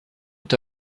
est